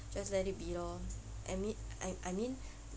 just let it be lor I mea~ I I mean